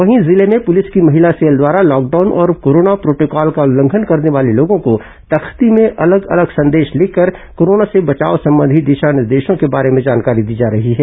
वहीं जिले में पुलिस की महिला सेल द्वारा लॉकडाउन और कोरोना प्रोटोकॉल का उल्लंघन करने वाले लोगों को तख्ती में अलग अलग संदेश लिखकर कोरोना से बचाव संबंधी दिशा निर्देशों के बारे में जानकारी दी जा रही है